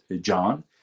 john